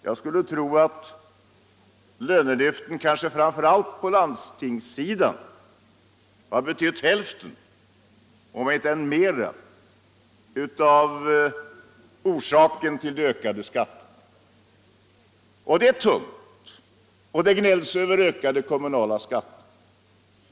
Jag skulle tro att lönelyften kanske framför allt på landstingssidan är orsak till hälften, om inte mer, av de ökade skatterna. Skattebördan är tung, och det gnälls över de ökade kommunala skatterna.